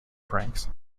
pranks